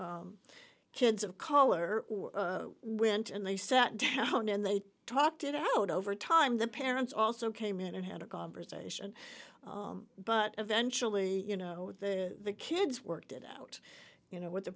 kids of color went and they sat down and they talked it out over time the parents also came in and had a conversation but eventually you know the kids worked it out you know what the